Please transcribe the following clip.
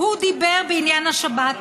הוא דיבר בעניין השבת,